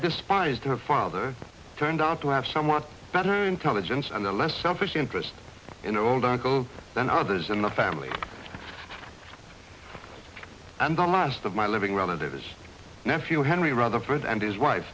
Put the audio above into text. despised her father turned out to have somewhat better intelligence and a less selfish interest in the old uncle than others in the family and the last of my living relatives his nephew henry rather fred and his wife